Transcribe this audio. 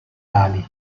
ali